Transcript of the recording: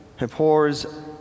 abhors